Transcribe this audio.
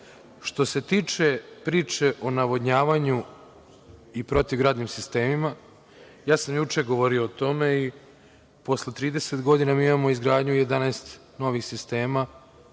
se tiče priče o navodnjavanju i protivgradnim sistemima, juče sam govorio o tome i posle 30 godina imamo izgradnju 11 novih sistema.